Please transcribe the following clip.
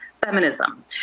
feminism